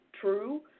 true